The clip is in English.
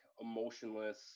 emotionless